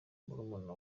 murumuna